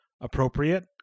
appropriate